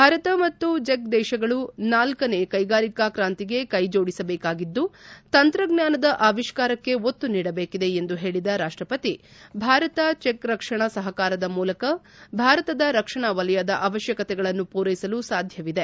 ಭಾರತ ಮತ್ತು ಚೆಕ್ ದೇಶಗಳು ನಾಲ್ಕನೇ ಕೈಗಾರಿಕಾ ಕ್ರಾಂತಿಗೆ ಕೈ ಜೋಡಿಸಬೇಕಾಗಿದ್ದು ತಂತ್ರಜ್ವಾನದ ಆವಿಷ್ಣಾರಕ್ಕೆ ಒತ್ತು ನೀಡಬೇಕಿದೆ ಎಂದು ಹೇಳಿದ ರಾಷ್ಷಪತಿ ಭಾರತ ಚೆಕ್ ರಕ್ಷಣಾ ಸಹಕಾರದ ಮೂಲಕ ಭಾರತದ ರಕ್ಷಣಾ ವಲಯದ ಅವಶ್ಚಕತೆಗಳನ್ನು ಪೂರೈಸಲು ಸಾಧ್ಯವಿದೆ